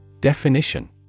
Definition